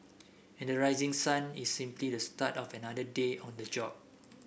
and the rising sun is simply the start of another day on the job